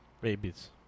Babies